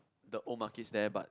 the old markets there but